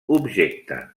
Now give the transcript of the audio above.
objecte